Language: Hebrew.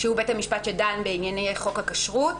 שהוא בית המשפט שדן בענייני חוק הכשרות